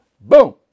Boom